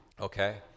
okay